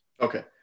Okay